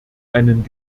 einen